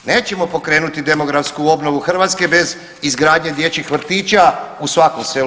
Nećemo pokrenuti demografsku obnovu Hrvatske bez izgradnje dječjih vrtića u svakom selu.